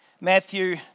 Matthew